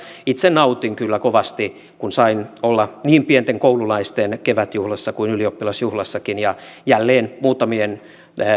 itse nautin kyllä kovasti kun sain olla niin pienten koululaisten kevätjuhlassa kuin ylioppilasjuhlassakin ja jälleen muutamien